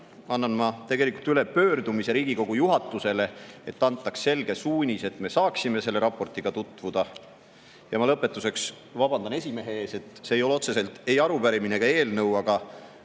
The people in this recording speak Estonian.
annan ma üle pöördumise Riigikogu juhatuse poole, et antaks selge suunis, et me saaksime selle raportiga tutvuda. Lõpetuseks ma vabandan esimehe ees ja ütlen, et see ei ole otseselt ei arupärimine ega eelnõu, aga